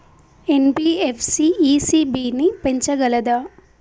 NBFC ECB ని పెంచగలదా?